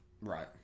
right